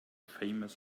famous